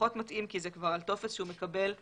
פחות מתאים כי זה כבר על טופס שהוא מקבל כרישיון.